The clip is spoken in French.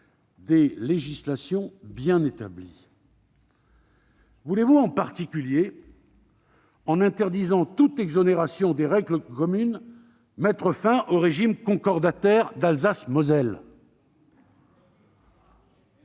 des législations bien établies. Voulez-vous en particulier, en interdisant toute exonération des règles communes, mettre fin au régime concordataire d'Alsace-Moselle ?